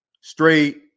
straight